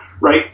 right